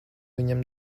viņam